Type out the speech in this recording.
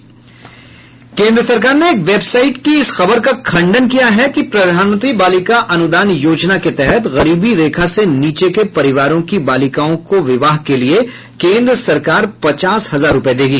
केन्द्र सरकार ने एक वेबसाइट की इस खबर का खंडन किया है कि प्रधानमंत्री बालिका अनुदान योजना के तहत गरीबी रेखा से नीचे के परिवारों की बालिकाओं को विवाह के लिए केन्द्र सरकार पचास हजार रूपये देगी